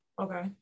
Okay